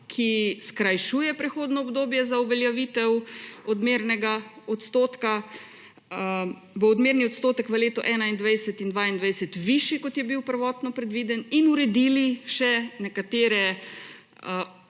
skrajšuje prehodno obdobje, za uveljavitev odmernega odstotka bo odmerni odstotek v letih 2021 in 2022 višji, kot je bil prvotno predviden, in uredili smo še nekatere,